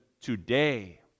Today